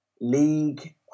league